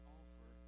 offer